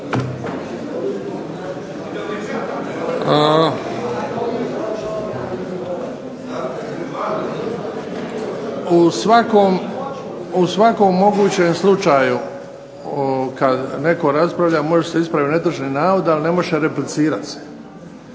U svakom mogućem slučaju kada netko raspravlja može se ispraviti netočan navod, ali ne može replicirati